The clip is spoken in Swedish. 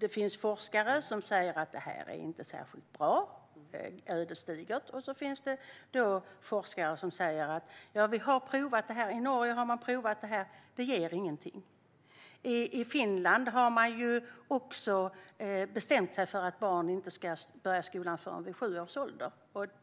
Det finns forskare som säger att det här inte är särskilt bra och att det är ödesdigert. Sedan finns det forskare som säger att man har provat det här i Norge och att det inte ger någonting. I Finland har man bestämt att barn inte ska börja skolan förrän vid sju års ålder.